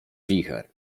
wicher